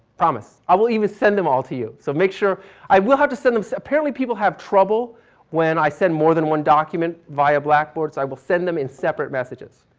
um so i will even send them all to you, so make sure i will have to send them separately. apparently people have trouble when i send more than one document via blackboard, so i will send them in separate messages,